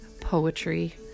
poetry